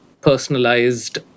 personalized